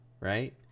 right